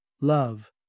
love